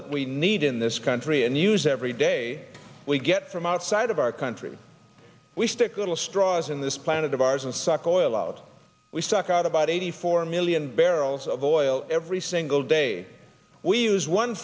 that we need in this country and use every day we get from outside of our country we stick little straws in this planet of ours and suck oil out we suck out about eighty four million barrels of oil every single day we use one